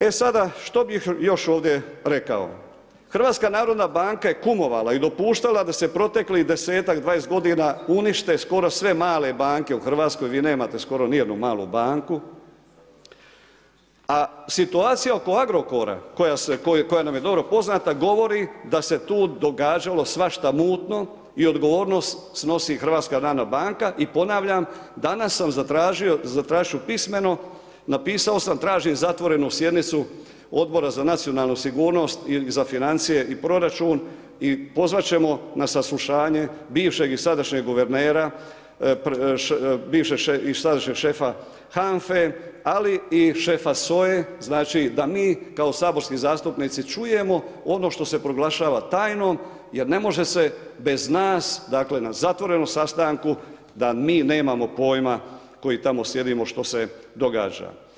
E sada, što bi još ovdje rekao, HNB je kumovala i dopuštala da se proteklih 10-20 g. unište skoro sve male banke u Hrvatskoj, vi nemate skoro ni jednu malu banku, a situacija oko Agrokora, koja nam je dobro poznata, govori, da se tu događalo svašta mutno i odgovornost snosi HNB i ponavljam, danas sam zatražio, zatražiti ću pismeno, napisao sam tražim zatvorenu s jedincu Odbora za nacionalnu sigurnost, financije i proračun i pozvati ćemo na saslušanje bivšeg i sadašnjeg guvernera, bivšeg i sadašnjeg šefa HANGA-e, ali i šefa SOA-e, znači da mi kao saborski zastupnici čujemo ono što se proglašava tajnom, jer ne može se bez nas, dakle, na zatvorenom sastanku, da mi nemamo pojma, koji tamo sjedimo što se događa.